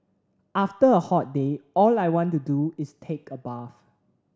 after a hot day all I want to do is take a bath